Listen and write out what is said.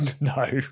No